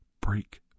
break